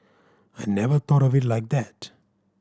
I never thought of it like that